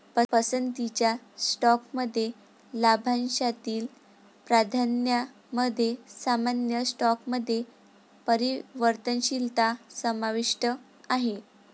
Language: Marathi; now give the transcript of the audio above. पसंतीच्या स्टॉकमध्ये लाभांशातील प्राधान्यामध्ये सामान्य स्टॉकमध्ये परिवर्तनशीलता समाविष्ट आहे